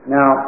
Now